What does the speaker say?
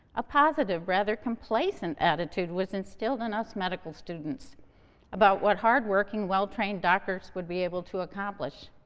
a positive, rather complacent attitude was instilled in us medical students about what hardworking, well-trained doctors would be able to accomplish.